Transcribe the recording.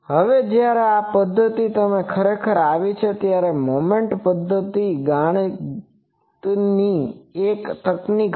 હવે જ્યારે આ પદ્ધતિ ખરેખર આવી ત્યારે આ મોમેન્ટ પદ્ધતિ ગણિતની એક તકનીક હતી